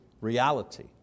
reality